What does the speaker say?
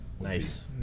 Nice